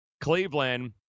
Cleveland